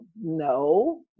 no